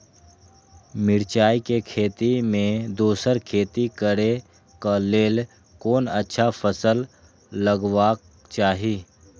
मिरचाई के खेती मे दोसर खेती करे क लेल कोन अच्छा फसल लगवाक चाहिँ?